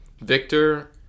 Victor